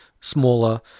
smaller